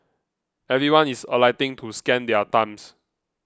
everyone is alighting to scan their thumbs